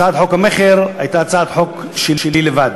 הצעת חוק המכר השנייה הייתה הצעת חוק שלי לבד.